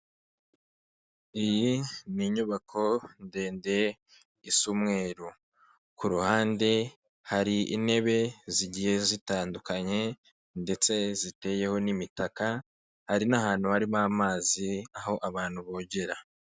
Iyi ni inyubako ndende isa umweru, ku ruhande hari intebe zigiye zitandukanye ndetse ziteyeho n'imitaka, hari n'ahantu harimo amazi aho abantu bogera.